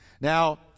Now